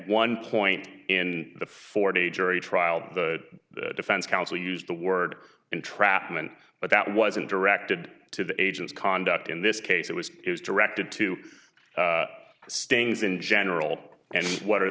one point in the four day jury trial the defense counsel used the word entrapment but that wasn't directed to the agent's conduct in this case it was directed to stings in general and what